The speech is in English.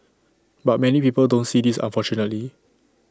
but many people don't see this unfortunately